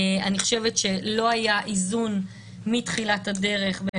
אני חושבת שלא היה איזון מתחילת הדרך לתת לה